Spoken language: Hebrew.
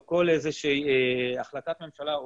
או כל החלטת ממשלה,